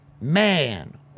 Man